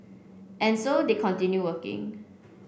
and so they continue working